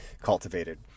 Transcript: cultivated